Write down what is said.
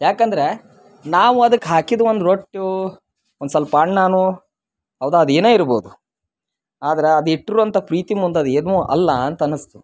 ಯಾಕಂದ್ರೆ ನಾವು ಅದಕ್ಕೆ ಹಾಕಿದ್ದು ಒಂದು ರೊಟ್ಟಿಯೋ ಒಂದು ಸ್ವಲ್ಪ ಅಣ್ಣನೊ ಹೌದಾ ಅದು ಏನೇ ಇರ್ಬೋದು ಆದ್ರೆ ಅದಿಟ್ರುವಂಥ ಪ್ರೀತಿ ಮುಂದೆ ಅದೇನೂ ಅಲ್ಲ ಅಂತ ಅನ್ನಿಸ್ತು